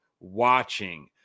watching